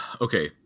okay